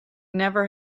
never